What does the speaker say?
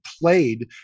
played